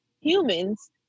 humans